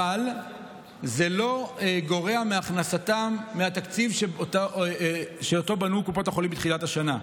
אבל זה לא גורע מהכנסתן ומהתקציב שאותו בנו קופות החולים בתחילת השנה.